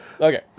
okay